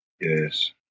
yes